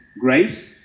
grace